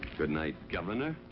good night, governor.